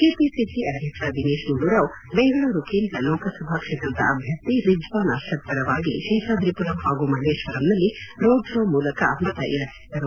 KPCC ಅಧ್ಯಕ್ಷ ದಿನೇಶ್ ಗುಂಡೂರಾವ್ ಬೆಂಗಳೂರು ಕೇಂದ್ರ ಲೋಕಸಭಾ ಕ್ಷೇತ್ರದ ಅಭ್ಯರ್ಥಿ ರಿಜ್ವಾನ್ ಹರ್ಷದ್ ಪರವಾಗಿ ಶೇಷಾದ್ರಿಪುರಂ ಹಾಗೂ ಮಲ್ಲೇಶ್ವರಂನಲ್ಲಿ ರೋಡ್ ಶೋ ಮೂಲಕ ಮತಯಾಚಿಸಿದರು